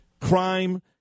crime